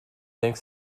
think